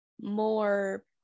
more